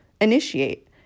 initiate